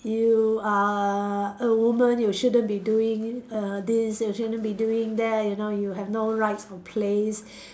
you are a woman you shouldn't be doing err this you shouldn't be doing that you know you have no rights or place